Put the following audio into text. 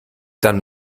dann